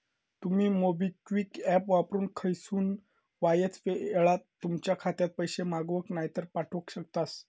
तुमी MobiKwik app वापरून खयसूनय वायच येळात तुमच्या खात्यात पैशे मागवक नायतर पाठवक शकतास